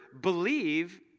believe